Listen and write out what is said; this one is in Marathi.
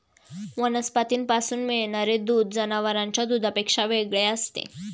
वनस्पतींपासून मिळणारे दूध जनावरांच्या दुधापेक्षा वेगळे असते